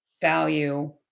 value